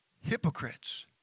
hypocrites